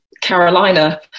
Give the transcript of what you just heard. carolina